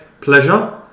pleasure